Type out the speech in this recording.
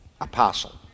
apostle